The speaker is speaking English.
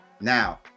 Now